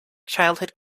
childhood